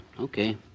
Okay